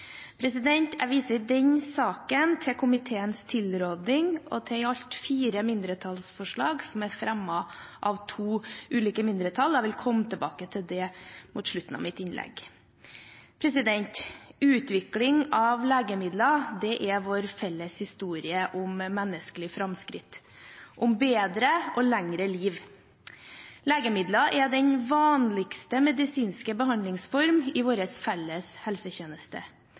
legemidler. Jeg viser i den saken til komiteens tilråding og til i alt fire mindretallsforslag som er fremmet av to ulike mindretall. Jeg vil komme tilbake til det mot slutten av mitt innlegg. Utvikling av legemidler er vår felles historie om menneskelige framskritt, om bedre og lengre liv. Legemidler er den vanligste medisinske behandlingsform i vår felles helsetjeneste.